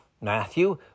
Matthew